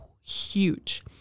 huge